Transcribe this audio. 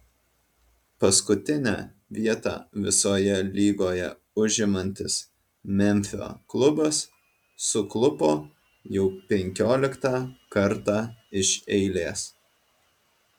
paskutinę vietą visoje lygoje užimantis memfio klubas suklupo jau penkioliktą kartą iš eilės